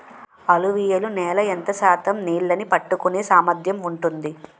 అలువియలు నేల ఎంత శాతం నీళ్ళని పట్టుకొనే సామర్థ్యం ఉంటుంది?